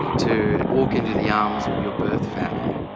yeah to walk into the arms of your birth family.